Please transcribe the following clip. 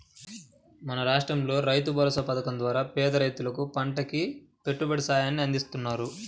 మన రాష్టంలో రైతుభరోసా పథకం ద్వారా పేద రైతులకు పంటకి పెట్టుబడి సాయాన్ని అందిత్తన్నారు